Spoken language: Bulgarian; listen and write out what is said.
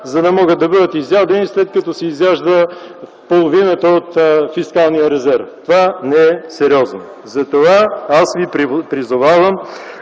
за да могат да бъдат изядени, след като се изяжда половината от фискалния резерв? Това не е сериозно. Разбира се, това